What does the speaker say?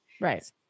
Right